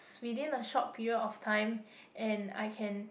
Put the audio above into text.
within a short period of time and I can